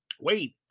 Wait